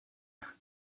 est